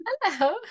Hello